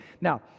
Now